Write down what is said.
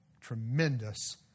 tremendous